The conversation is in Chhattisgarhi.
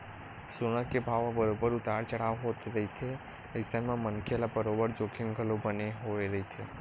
सोना के भाव ह बरोबर उतार चड़हाव होवत रहिथे अइसन म मनखे ल बरोबर जोखिम घलो बने होय रहिथे